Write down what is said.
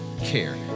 care